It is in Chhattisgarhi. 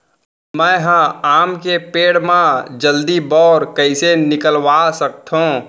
मैं ह आम के पेड़ मा जलदी बौर कइसे निकलवा सकथो?